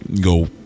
go